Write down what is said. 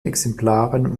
exemplaren